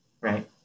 right